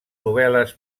novel·les